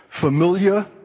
familiar